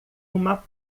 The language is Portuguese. uma